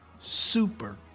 super